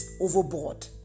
overboard